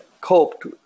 coped